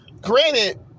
Granted